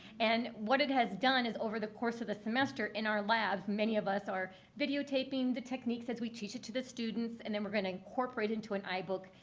and what it has done is over the course of the semester in our labs, many of us are videotaping the techniques as we teach it to the students. and then we're going to incorporate into an ibook.